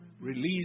Release